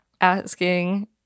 asking